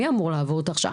מי אמור לעבור את ההכשרה?